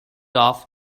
off